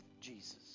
Jesus